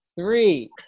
Three